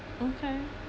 okay